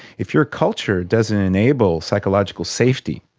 if your culture doesn't enable psychological safety,